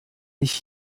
ich